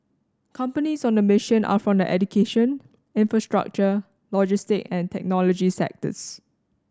companies on the mission are from the education infrastructure logistic and technology sectors